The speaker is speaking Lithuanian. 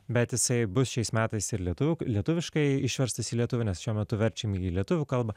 bet jisai bus šiais metais ir lietuvių lietuviškai išverstas į lietuvių nes šiuo metu verčiam į lietuvių kalbą